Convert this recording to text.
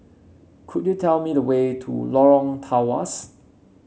could you tell me the way to Lorong Tawas